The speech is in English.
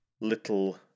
Little